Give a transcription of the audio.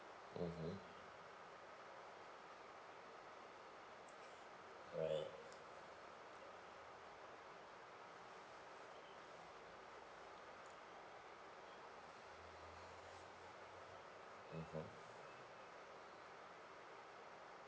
mmhmm right mmhmm